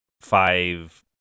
five